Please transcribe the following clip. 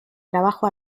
trabajo